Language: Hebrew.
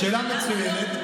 שאלה מצוינת.